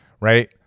right